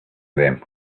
them